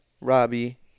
Robbie